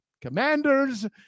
Commanders